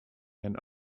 and